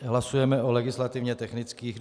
Hlasujeme o legislativně technických.